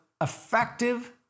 effective